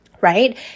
right